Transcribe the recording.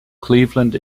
cleveland